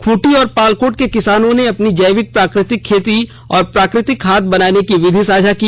खूंटी और पालकोट के किसानों ने अपनी जैविक प्राकृतिक खेती और प्राकृतिक खाद बनाने की विधि साझा की